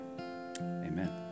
Amen